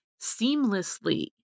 seamlessly